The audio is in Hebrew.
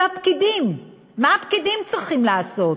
והפקידים, מה הפקידים צריכים לעשות?